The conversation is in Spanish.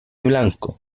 blanco